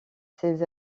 ses